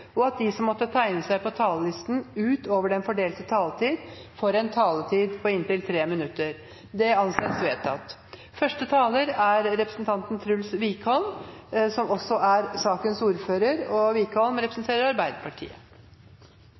og at de som måtte tegne seg på talerlisten utover den fordelte taletid, får en taletid på inntil 3 minutter. – Det anses vedtatt. Det er en samlet komité som står bak innstillingens forslag til vedtak. Jeg har lyst til å takke alle partiene for et godt og